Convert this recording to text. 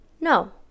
No